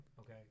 Okay